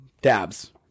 dabs